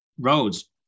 roads